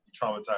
traumatized